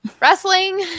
Wrestling